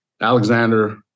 Alexander